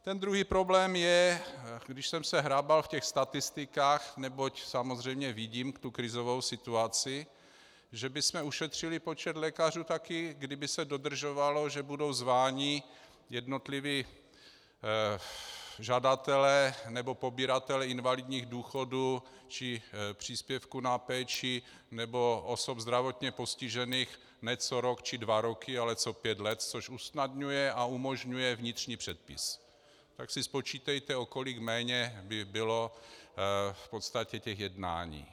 Ten druhý problém je když jsem se hrabal v těch statistikách, neboť samozřejmě vidím tu krizovou situaci že bychom ušetřili počet lékařů také, kdyby se dodržovalo, že budou zváni jednotliví žadatelé, nebo pobíratelé invalidních důchodů či příspěvků na péči nebo osob zdravotně postižených ne co rok či dva roky, ale co pět let, což usnadňuje a umožňuje vnitřní předpis, tak si spočítejte, o kolik méně by bylo v podstatě těch jednání.